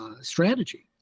strategy